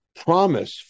promise